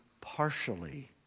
partially